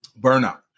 Burnout